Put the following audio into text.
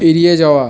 এড়িয়ে যাওয়া